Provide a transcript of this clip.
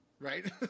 right